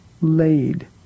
laid